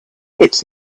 its